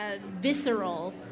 visceral